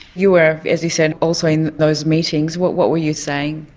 you were, as you said, also in those meetings. what what were you saying?